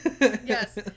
Yes